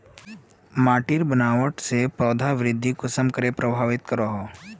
माटिर बनावट से पौधा वृद्धि कुसम करे प्रभावित करो हो?